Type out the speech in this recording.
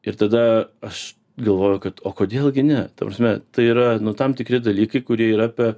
ir tada aš galvoju kad o kodėl gi ne ta prasme tai yra nu tam tikri dalykai kurie yra pe